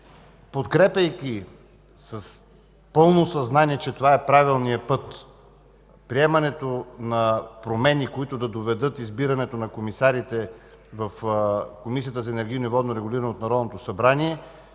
подкрепяйки с пълно съзнание, че това е правилният път, приемането на промени, които да доведат избирането на комисарите в Комисията за енергийно и водно регулиране от Народното събрание,